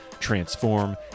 transform